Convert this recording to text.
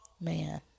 man